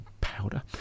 powder